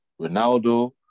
Ronaldo